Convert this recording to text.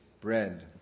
Bread